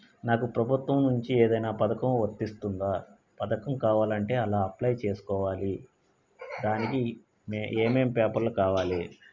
నాకు ప్రభుత్వం నుంచి ఏదైనా పథకం వర్తిస్తుందా? పథకం కావాలంటే ఎలా అప్లై చేసుకోవాలి? దానికి ఏమేం పేపర్లు కావాలి?